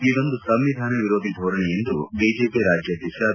ಇದೊಂದು ಸಂವಿಧಾನ ವಿರೋಧಿ ಧೋರಣೆ ಎಂದು ಬಿಜೆಪಿ ರಾಜ್ಯಾಧ್ಯಕ್ಷ ಬಿ